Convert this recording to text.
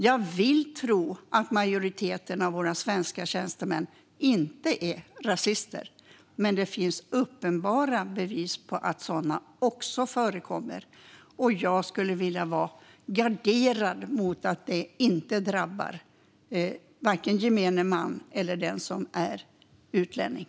Jag vill tro att majoriteten av våra svenska tjänstemän inte är rasister, men det finns uppenbara bevis på att sådana också förekommer. Jag skulle vilja vara garderad så att detta inte drabbar vare sig gemene man eller den som är utlänning.